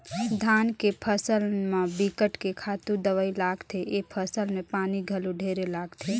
धान के फसल म बिकट के खातू दवई लागथे, ए फसल में पानी घलो ढेरे लागथे